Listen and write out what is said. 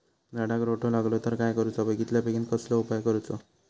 झाडाक रोटो लागलो तर काय करुचा बेगितल्या बेगीन कसलो उपाय करूचो?